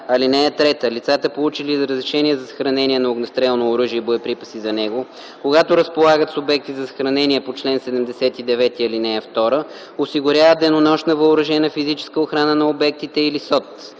врата. (3) Лицата, получили разрешение за съхранение на огнестрелно оръжие и боеприпаси за него, когато разполагат с обекти за съхранение по чл. 79, ал. 2, осигуряват денонощна въоръжена физическа охрана на обектите или СОТ.